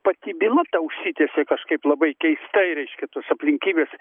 pati byla ta užsitęsė kažkaip labai keistai reiškia tos aplinkybės